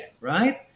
right